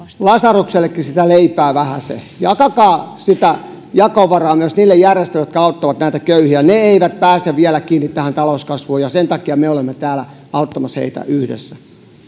lasaruksellekin sitä leipää vähäsen jakakaa sitä jakovaraa myös niille järjestöille jotka auttavat näitä köyhiä he eivät pääse vielä kiinni tähän talouskasvuun ja sen takia me olemme täällä auttamassa heitä yhdessä